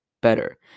better